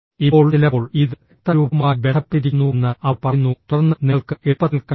ഇപ്പോൾ ചിലപ്പോൾ ഇത് രക്തഗ്രൂപ്പുമായി ബന്ധപ്പെട്ടിരിക്കുന്നുവെന്ന് അവർ പറയുന്നു തുടർന്ന് നിങ്ങൾക്ക് എളുപ്പത്തിൽ കഴിയും